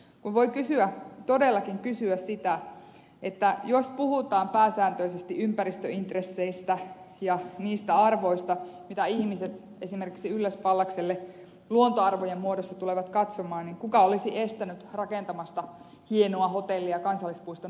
kun voi kysyä todellakin kysyä sitä että jos puhutaan pääsääntöisesti ympäristöintresseistä ja niistä arvoista mitä ihmiset esimerkiksi ylläs pallakselle luontoarvojen muodossa tulevat katsomaan niin kuka olisi estänyt rakentamasta hienoa hotellia kansallispuiston ulkopuolelle